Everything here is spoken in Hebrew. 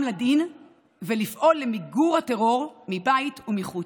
לדין ולפעול למיגור הטרור מבית ומחוץ.